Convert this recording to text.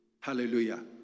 Hallelujah